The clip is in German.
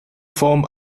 form